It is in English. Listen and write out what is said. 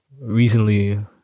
Recently